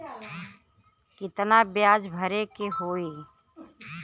कितना ब्याज भरे के होई?